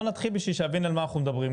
בוא נתחיל בשביל שנבין על מה אנחנו מדברים,